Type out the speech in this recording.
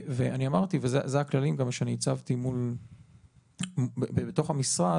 ואני אמרתי, זה הכללים גם שאני הצבתי בתוך המשרד.